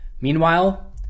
Meanwhile